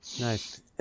Nice